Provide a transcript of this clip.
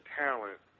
talent